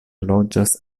loĝas